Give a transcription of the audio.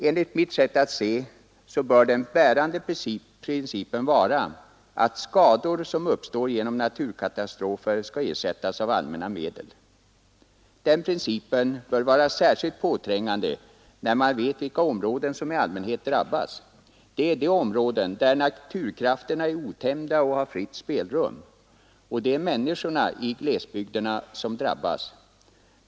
Enligt mitt sätt att se bör den bärande principen vara att skador som uppstår genom naturkatastrofer skall ersättas av allmänna medel. Den principen bör vara särskilt påträngande när man vet vilka områden som i allmänhet drabbas. Det är de områden där naturkrafterna är otämjda och har fritt Nr 96 spelrum. Det är människorna i glesbygderna som drabbas.